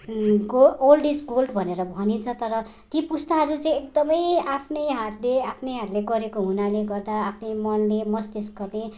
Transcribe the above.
को old is gold भनेर भनिन्छ नि तर ती पुस्ताहरू चाहिँ एकदमै आफ्नै हातले आफ्नै हातले गरेको हुनाले गर्दा आफ्नै मनले मस्तिष्कले